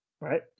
right